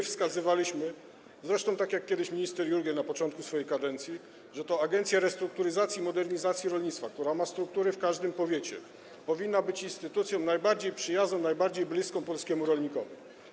Wskazywaliśmy, zresztą tak jak kiedyś minister Jurgiel na początku swojej kadencji, że to Agencja Restrukturyzacji i Modernizacji Rolnictwa, która ma struktury w każdym powiecie, powinna być instytucją najbardziej przyjazną, najbardziej bliską polskiemu rolnikowi.